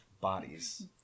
bodies